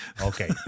okay